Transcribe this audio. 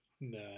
No